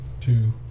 two